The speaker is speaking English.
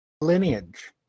lineage